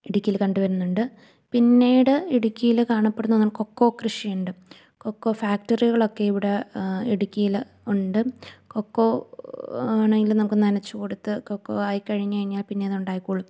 ഇടുക്കിയില് കണ്ടുവരുന്നുണ്ട് പിന്നീട് ഇടുക്കിയിൽ കാണപ്പെടുന്ന ഒന്നാണ് കൊക്കോ കൃഷി ഇണ്ട് കൊക്കോ ഫാക്ടറികളൊക്കെ ഇവിടെ ഇടുക്കിയിൽ ഉണ്ട് കൊക്കോ ആണെങ്കിൽ നമുക്ക് നനച്ച് കൊടുത്ത് കൊക്കോ ആയി കഴിഞ്ഞ് കഴിഞ്ഞാൽ പിന്നത് ഉണ്ടായിക്കോളും